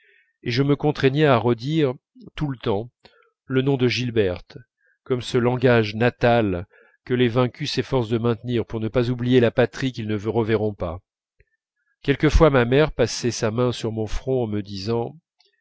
et je me contraignais à redire tout le temps le nom de gilberte comme ce langage natal que les vaincus s'efforcent de maintenir pour ne pas oublier la patrie qu'ils ne reverront pas quelquefois ma mère passait sa main sur mon front en me disant